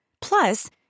Plus